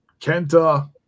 Kenta